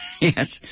Yes